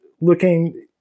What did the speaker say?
looking